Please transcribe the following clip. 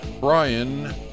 Brian